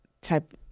type